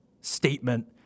statement